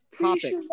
topic